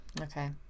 Okay